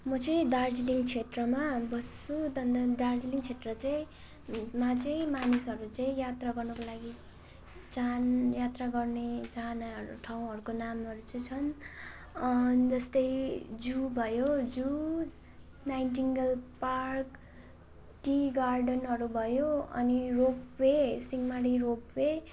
म चाहिँ दार्जिलिङ क्षेत्रमा बस्छु त्यहाँनिर त्यहाँनिर दार्जिलिङ क्षेत्र चाहिँमा चाहिँ मानिसहरू चाहिँ यात्रा गर्नुको लागि चाहन यात्रा गर्ने चाहनाहरू ठाउँहरूको नामहरू चाहिँ छन् जस्तै जु भयो जु नाइटिङ्गल पार्क टी गार्डनहरू भयो अनि रोपवे सिंहमारी रोपवे